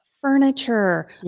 furniture